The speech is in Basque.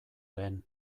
lehen